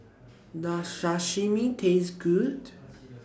Does Sashimi Taste Good